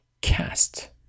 cast